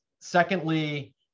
Secondly